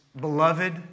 beloved